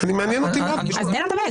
תן לו לדבר.